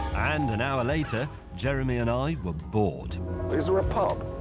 and an hour later, jeremy and i were bored. is there a pub?